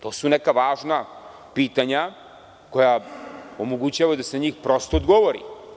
To su neka važna pitanja koja omogućavaju da se na njih prosto odgovori.